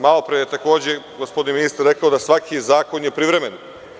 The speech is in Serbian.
Malo pre je takođe gospodin ministar rekao da je svaki zakon privremen.